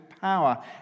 power